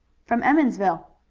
from emmonsville.